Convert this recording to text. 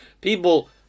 people